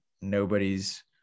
nobody's